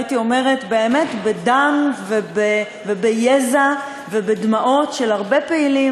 הייתי אומרת: בדם וביזע ובדמעות של הרבה פעילים